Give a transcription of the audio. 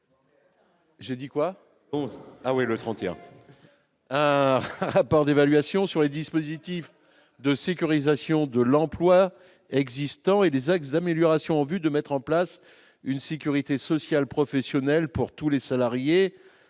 31 décembre 2017, d'un rapport d'évaluation des dispositifs de sécurisation de l'emploi existants et des axes d'amélioration, en vue de mettre en place une sécurité sociale professionnelle pour tous les salariés.